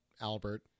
Albert